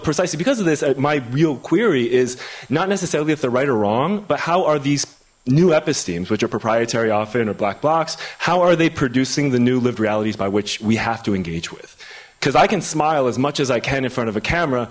precisely because of this my real query is not necessarily if they're right or wrong but how are these new epistemic our proprietary often or blackbox how are they producing the new lived realities by which we have to engage with because i can smile as much as i can in front of a camera